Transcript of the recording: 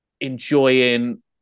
enjoying